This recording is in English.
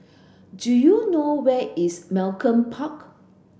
do you know where is Malcolm Park